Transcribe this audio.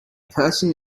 person